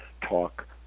talk